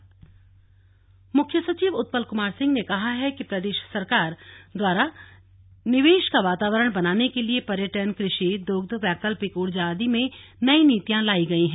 मुख्य सचिव बैठक मुख्य सचिव उत्पल कुमार सिंह ने कहा है कि प्रदेश सरकार द्वारा निवेश का वातावरण बनाने के लिए पर्यटन कृषि दुग्ध वैकल्पिक ऊर्जा आदि में नई नीतियां लाई गई हैं